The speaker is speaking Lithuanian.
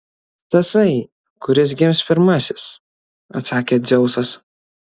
tasai kuris gims pirmasis atsakė dzeusas